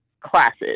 classes